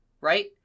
right